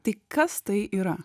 tai kas tai yra